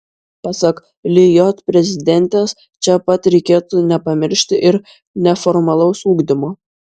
pasak lijot prezidentės čia pat reikėtų nepamiršti ir neformalaus ugdymo